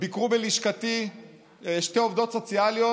ביקרו בלשכתי שתי עובדות סוציאליות.